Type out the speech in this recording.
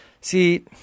See